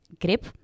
Grip